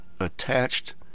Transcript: attached